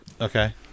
Okay